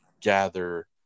gather